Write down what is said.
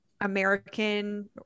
American